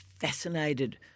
fascinated